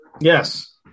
Yes